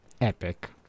Epic